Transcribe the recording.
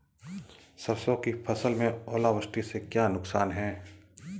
सरसों की फसल में ओलावृष्टि से क्या नुकसान है?